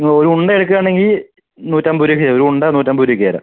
ഒര് ഉണ്ട എടുക്കുകയാണെങ്കിൽ നൂറ്റമ്പത് രൂപയ്ക്ക് ഒര് ഉണ്ട നൂറ്റമ്പത് രൂപയ്ക്ക് തരാം